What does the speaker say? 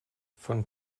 von